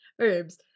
herbs